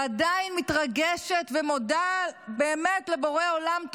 ועדיין מתרגשת ומודה באמת לבורא עולם,